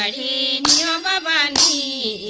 i mean my mind t